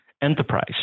enterprise